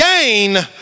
gain